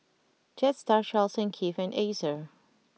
Jetstar Charles Keith and Acer